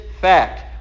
fact